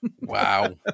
Wow